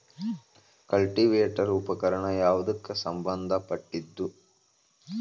Cultivator ಉಪಕರಣ ಯಾವದಕ್ಕ ಸಂಬಂಧ ಪಟ್ಟಿದ್ದು?